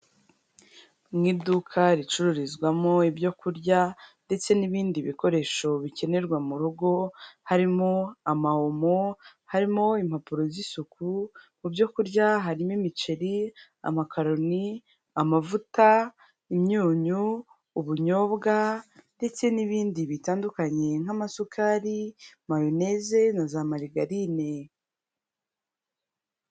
Mu iduka ricururizwamo ibyo kurya ndetse n'ibindi bikoresho bikenerwa mu rugo, harimo ama omo, harimo impapuro z'isuku, mu byo kurya harimo imiceri, amakaroni, amavuta, imyunyu, ubunyobwa ndetse n'ibindi bitandukanye nk'amasukari, mayoneze, na za marigarine.